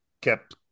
kept